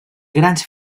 grans